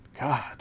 God